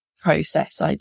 process